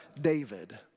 David